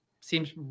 seems